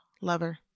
lover